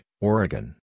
Oregon